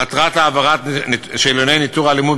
מטרת העברת שאלוני ניטור האלימות,